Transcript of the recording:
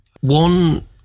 One